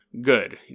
good